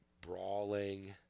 brawling